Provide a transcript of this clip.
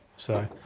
so,